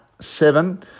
Seven